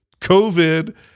covid